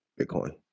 Bitcoin